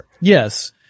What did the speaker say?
Yes